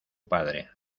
padre